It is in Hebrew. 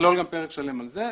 תכלול גם פרק שלם על זה.